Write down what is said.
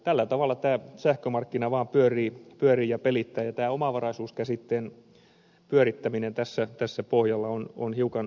tällä tavalla tämä sähkömarkkina vaan pyörii ja pelittää ja tämän omavaraisuuskäsitteen pyörittäminen tässä pohjalla on hiukan harhaanjohtavaa